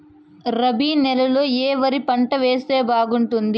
రబి నెలలో ఏ వరి పంట వేస్తే బాగుంటుంది